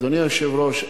אדוני היושב-ראש,